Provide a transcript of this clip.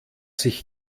sich